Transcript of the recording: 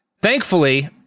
thankfully